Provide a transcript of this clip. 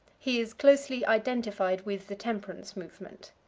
he is closely identified with the temperance movement.